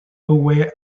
away